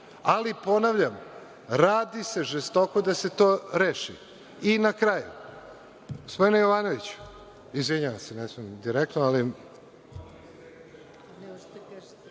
ali, ponavljam – radi se žestoko da se to reši. Na kraju,